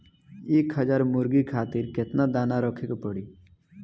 एक हज़ार मुर्गी खातिर केतना दाना रखे के पड़ी?